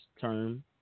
term